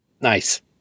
Nice